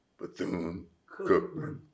Bethune-Cookman